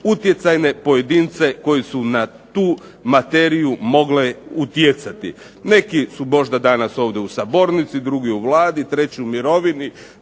utjecajne pojedince koji su na tu materiju mogle utjecati. Neki su možda danas ovdje u sabornici, drugi u Vladi, treći u mirovini,